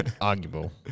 Arguable